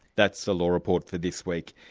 that's the law report for this week.